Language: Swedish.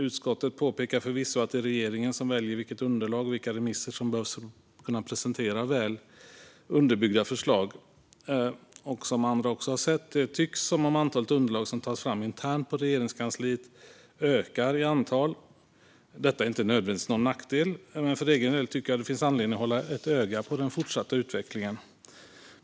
Utskottet påpekar förvisso att det är regeringen som väljer vilket underlag och vilka remisser som behövs för att kunna presentera väl underbyggda förslag. Det tycks som om antalet underlag som tas fram internt på Regeringskansliet har ökat i antal under senare år. Detta är inte nödvändigtvis någon nackdel, men för egen del tycker jag att det finns anledning att hålla ett öga på den fortsatta utvecklingen.